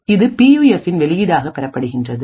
இது பியூஎஃப்பின்வெளியீடாக பெறப்படுகின்றது